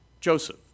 Joseph